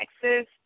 Texas